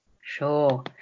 Sure